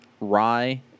rye